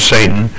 Satan